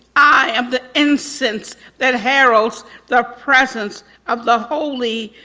i am the incense that heralds the presence of the holy.